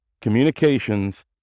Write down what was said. communications